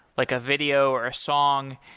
like a video, or a song.